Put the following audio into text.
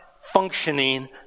functioning